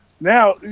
Now